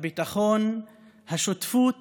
הביטחון, השותפות